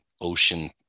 ocean